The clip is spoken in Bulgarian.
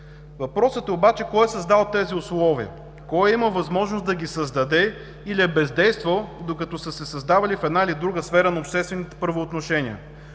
Въпросът обаче е, кой е създал тези условия? Кой е имал възможност да ги създаде или е бездействал, докато са се създавали в една или друга сфера на обществените правоотношения?